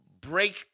break